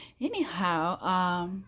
Anyhow